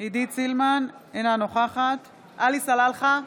אינה נוכחת עלי סלאלחה,